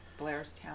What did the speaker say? Blairstown